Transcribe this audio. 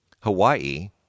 Hawaii